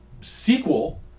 sequel